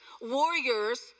warriors